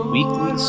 Weekly